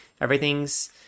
everything's